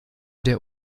der